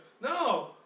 No